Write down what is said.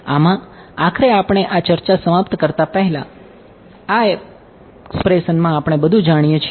આમાં આખરે આપણે આ ચર્ચા સમાપ્ત કરતા પહેલા આ એક્સપ્રેશનમાં આપણે બધું જાણીએ છીએ